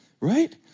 Right